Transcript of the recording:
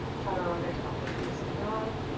chaturanga to upward facing dog.